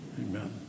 Amen